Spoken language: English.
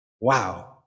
wow